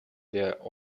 der